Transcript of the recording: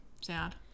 Sad